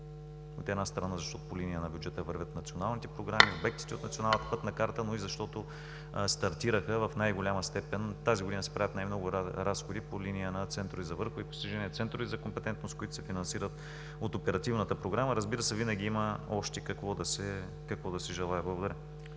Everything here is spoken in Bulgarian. от една страна, защото по линия на бюджета вървят националните програми (председателят дава сигнал, че времето е изтекло), обектите от националната пътна карта, но и защото стартираха в най-голяма степен. Тази година се правят най-много разходи по линия на центрове за върхови постижения, центрове за компетентност, които се финансират от Оперативната програма. Разбира се, винаги има още какво да се желае. Благодаря.